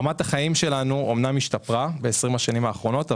רמת החיים שלנו אמנם השתפרה ב-20 השנים האחרונות,